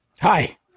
Hi